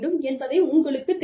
என்பது உங்களுக்குத் தெரியும்